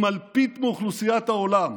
עם אלפית מאוכלוסיית העולם,